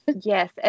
yes